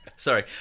Sorry